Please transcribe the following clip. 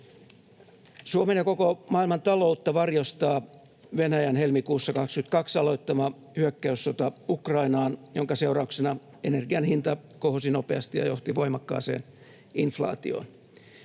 Suomen ja koko maailman taloutta varjostaa Venäjän helmikuussa 22 aloittama hyökkäyssota Ukrainaan, jonka seurauksena energian hinta kohosi nopeasti ja johti voimakkaaseen inflaatioon.